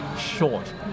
short